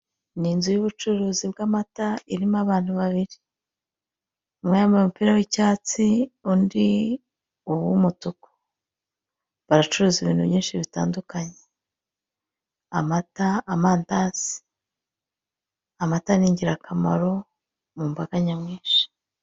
Ni inzu y'ubucuruzi bw'amata irimo abantu babiri. Umwe yambaye umupira w'icyatsi, undi uw'umutuku, baracuruza ibintu byinshi bitandukanye: amata, amandazi. Amata ni ingirakamaro mu mbaga nyamwinshi.